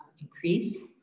increase